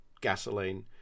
gasoline